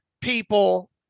people